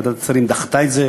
ועדת שרים דחתה את זה